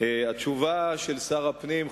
התשובה של שר הפנים,